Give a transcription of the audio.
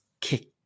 kick